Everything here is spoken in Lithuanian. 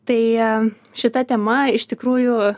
tai šita tema iš tikrųjų